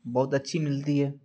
بہت اچھی ملتی ہے